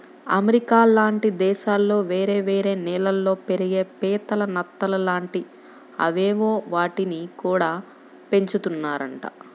America లాంటి దేశాల్లో వేరే వేరే నీళ్ళల్లో పెరిగే పీతలు, నత్తలు లాంటి అవేవో వాటిని గూడా పెంచుతున్నారంట